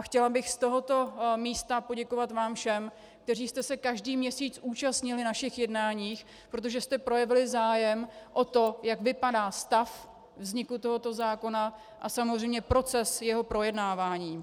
Chtěla bych z tohoto místa poděkovat vám všem, kteří jste se každý měsíc účastnili našich jednání, protože jste projevili zájem o to, jak vypadá stav vzniku tohoto zákona a samozřejmě proces jeho projednávání.